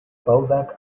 bauwerk